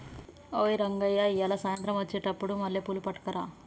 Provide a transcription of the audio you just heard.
ఓయ్ రంగయ్య ఇయ్యాల సాయంత్రం అచ్చెటప్పుడు మల్లెపూలు పట్టుకరా